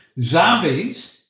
zombies